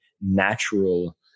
natural